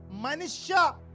manisha